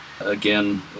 Again